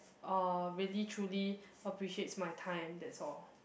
uh really truly appreciates my time that's all